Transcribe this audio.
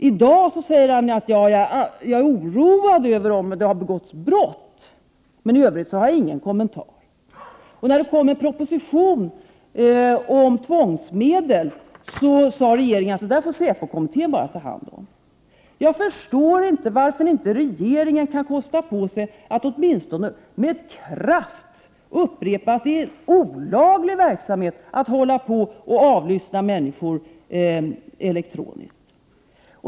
I dag säger civilministern: Jag är oroad om det har begåtts brott. I övrigt har jag ingen kommentar. När det kom en proposition om tvångsmedel sade regeringen att säpokommittén får ta hand om den saken. Jag förstår inte varför regeringen inte kan kosta på sig att åtminstone med kraft upprepa att det är olaglig verksamhet att avlyssna människor elektroniskt.